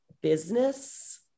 business